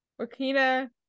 Rakina